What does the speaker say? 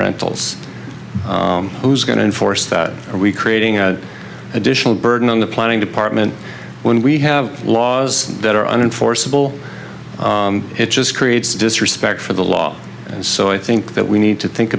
rentals who's going to enforce that are we creating at additional burden on the planning department when we have laws that are unforeseeable it just creates disrespect for the law and so i think that we need to think